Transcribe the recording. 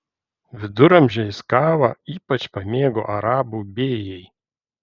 viduramžiais kavą ypač pamėgo arabų bėjai